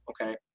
Okay